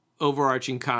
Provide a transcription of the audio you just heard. overarching